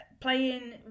playing